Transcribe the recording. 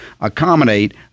accommodate